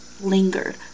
lingered